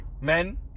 men